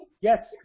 Yes